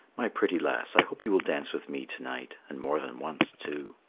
my pretty lass, i hope you will dance with me to-night, and more than once, too.